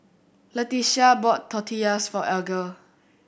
Letitia bought Tortillas for Alger